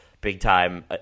big-time